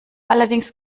allerdings